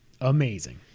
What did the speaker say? Amazing